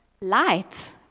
light